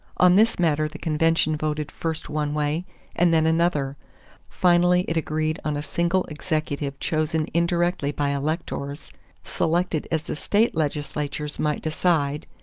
on this matter the convention voted first one way and then another finally it agreed on a single executive chosen indirectly by electors selected as the state legislatures might decide,